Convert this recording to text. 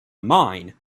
mine